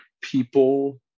people